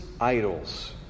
idols